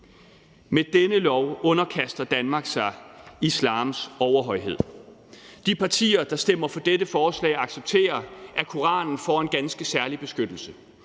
Med denne lov underkaster Danmark sig islams overhøjhed. De partier, der stemmer for dette forslag, accepterer, at Koranen får en ganske særlig beskyttelse,